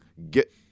Get